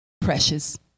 precious